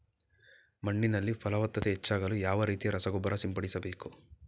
ಮಣ್ಣಿನಲ್ಲಿ ಫಲವತ್ತತೆ ಹೆಚ್ಚಾಗಲು ಯಾವ ರೀತಿಯ ರಸಗೊಬ್ಬರ ಸಿಂಪಡಿಸಬೇಕು?